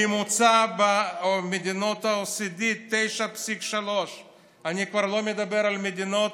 הממוצע במדינות ה-OECD: 9.3. אני כבר לא מדבר על מדינות